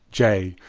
j,